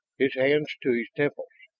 his hands to his temples.